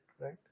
right